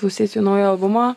klausysiu į naują albumą